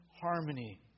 harmony